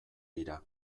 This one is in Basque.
dira